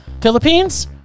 Philippines